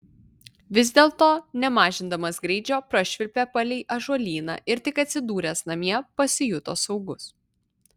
vis dėlto nemažindamas greičio prašvilpė palei ąžuolyną ir tik atsidūręs namie pasijuto saugus